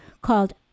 called